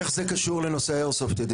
איך זה קשור לנושא האיירסופט, ידידי?